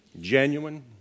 Genuine